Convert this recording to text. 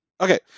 okay